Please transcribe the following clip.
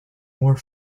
more